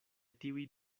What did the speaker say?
tiuj